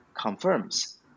confirms